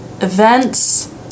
events